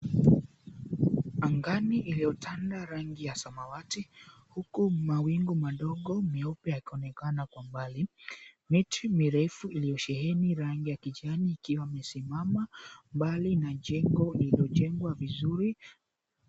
Angani iliyotanda rangi ya samawati huku mawingu madogo meupe yakionekana kwa umbali. Miti mirefu iliyosheheni rangi ya kijani ikiwa imesimama mbali na jengo lililojengwa vizuri.